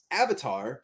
avatar